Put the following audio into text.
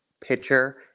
pitcher